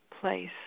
place